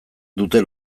dute